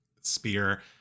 spear